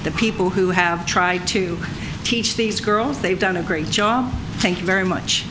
the people who have tried to teach these girls they've done a great job thank you very much